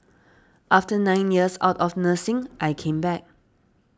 after nine years out of nursing I came back